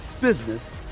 business